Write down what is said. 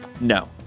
No